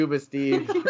Steve